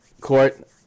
Court